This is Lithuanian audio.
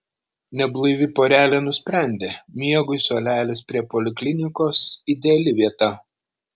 neblaivi porelė nusprendė miegui suolelis prie poliklinikos ideali vieta